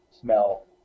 smell